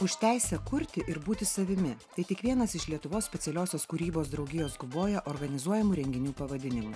už teisę kurti ir būti savimi tai tik vienas iš lietuvos specialiosios kūrybos draugijos guboja organizuojamų renginių pavadinimų